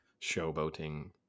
showboating